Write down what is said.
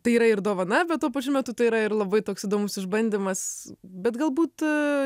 tai yra ir dovana bet tuo pačiu metu tai yra ir labai toks įdomus išbandymas bet galbūt